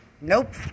Nope